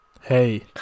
Hey